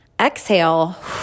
exhale